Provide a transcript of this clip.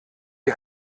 die